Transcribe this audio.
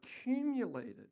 accumulated